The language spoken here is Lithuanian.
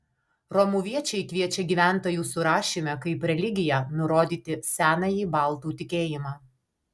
romuviečiai kviečia gyventojų surašyme kaip religiją nurodyti senąjį baltų tikėjimą